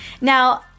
Now